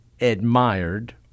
admired